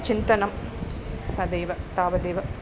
चिन्तनं तदेव तावदेव